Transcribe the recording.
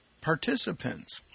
participants